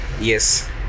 yes